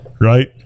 Right